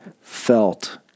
felt